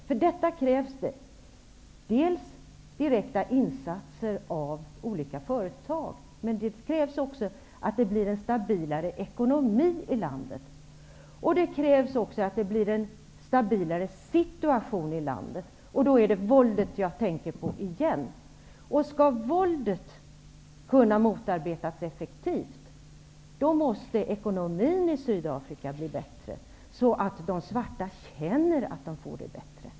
För detta krävs det direkta insatser från olika företags sida samt en stabilare ekonomi och situation i landet. Återigen är det våldet som jag tänker på. För att våldet effektivt skall kunna motarbetas måste Sydafrikas ekonomi bli bättre. De svarta måste känna att de får det bättre.